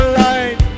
light